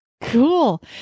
Cool